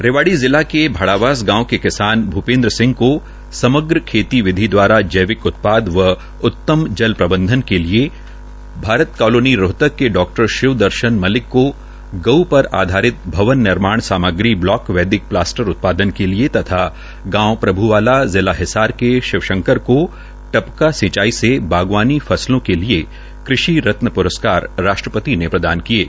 रेवाड़ी जिला के भाड़ावास गांव के किसान भूपेन्द्र सिंह को समग्र खेती विधि द्वारा जैविक उत्पाद व उतम जल प्रबंधन के लिये भारत कालोनी रोहतक के डा शिव दर्शन मलिक को गऊ पर आधारित भवन निर्माण समाग्री ब्लॉक वैदिक प्लास्टर उत्पादन के लिये तथा गांव प्रभ्वाला जिला हिसार के शिव शंकर को टपका सिंचाई से बागवानी फसलों के लिए कृषि रतन प्रस्कार राष्ट्रपति ने प्रदान किये